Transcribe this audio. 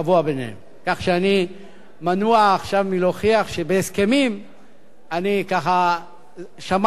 כך שאני מנוע עכשיו מלהוכיח שבהסכמים שמרתי על זהירות,